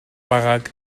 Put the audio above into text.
байгааг